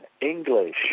English